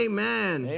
Amen